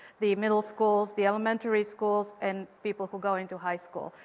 the middle schools, the elementary schools and people who go into high school.